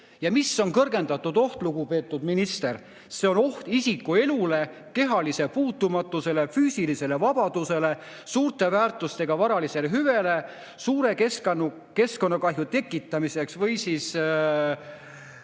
Ja mis on kõrgendatud oht, lugupeetud minister? See on oht isiku elule, kehalisele puutumatusele, füüsilisele vabadusele, suure väärtusega varalisele hüvele, suure keskkonnakahju tekitamiseks või siis